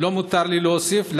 לא מותר לי להוסיף,